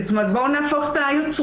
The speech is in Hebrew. זאת אומרת, בואו נהפוך את היוצרות.